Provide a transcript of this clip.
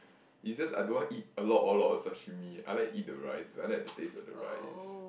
is just I don't want to eat a lot a lot of sashimi I like to eat the rice I like the taste of the rice